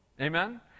Amen